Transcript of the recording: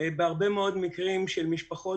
בהרבה מאוד מקרים של משפחות,